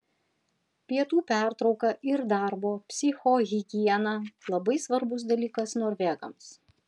pietų pertrauka ir darbo psichohigiena labai svarbus dalykas norvegams